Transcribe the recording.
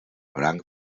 blanc